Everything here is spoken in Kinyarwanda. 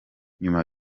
nyuma